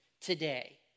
today